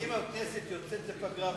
אם הכנסת יוצאת לפגרה בשבוע הבא,